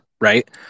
right